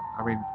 i mean.